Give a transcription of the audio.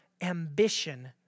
ambition